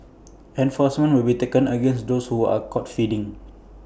enforcement will be taken against those who are caught feeding